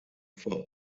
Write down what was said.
for